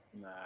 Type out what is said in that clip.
Nah